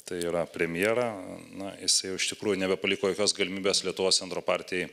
tai yra premjerą na jisai jau iš tikrųjų nebepaliko jokios galimybės lietuvos centro partijai